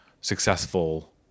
successful